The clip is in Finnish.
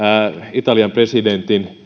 italian presidentin